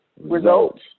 results